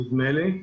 נדמה לי.